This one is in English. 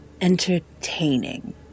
Entertaining